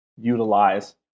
utilize